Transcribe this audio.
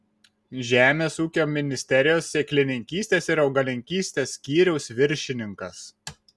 žemės ūkio ministerijos sėklininkystės ir augalininkystės skyriaus viršininkas